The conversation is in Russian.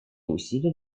усилия